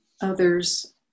others